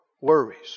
worries